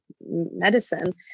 medicine